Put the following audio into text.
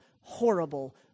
horrible